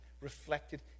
reflected